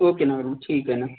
okay ना madam ठीक आहे ना